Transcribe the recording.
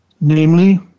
namely